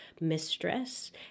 mistress